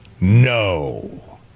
No